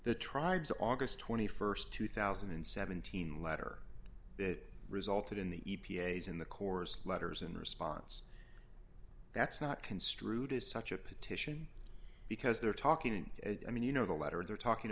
the tribes august st two thousand and seventeen letter that resulted in the e p a s in the course letters in response that's not construed as such a petition because they're talking i mean you know the letter they're talking